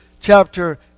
chapter